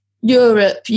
Europe